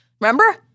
Remember